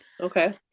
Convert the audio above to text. okay